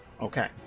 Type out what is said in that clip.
Okay